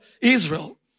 Israel